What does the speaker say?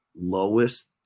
lowest